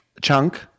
Chunk